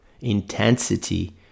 intensity